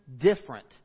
different